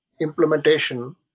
implementation